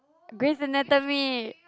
Grey's-Anatomy